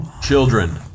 Children